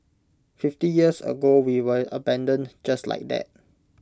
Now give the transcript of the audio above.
fifty years ago we were abandoned just like that